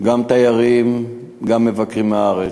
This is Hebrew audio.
גם תיירים, גם מבקרים מהארץ.